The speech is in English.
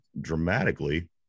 dramatically